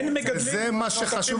זה מה שרצינו